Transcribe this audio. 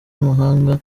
n’amahanga